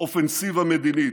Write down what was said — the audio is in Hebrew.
אופנסיבה מדינית,